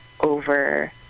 over